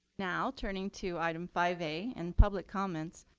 now, turning to item five a in public comments,